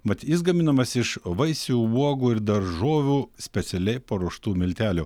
mat jis gaminamas iš vaisių uogų ir daržovių specialiai paruoštų miltelių